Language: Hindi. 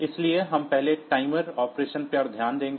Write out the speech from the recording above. इसलिए हम पहले टाइमर ऑपरेशन पर ध्यान देंगे